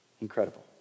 Incredible